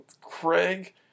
Craig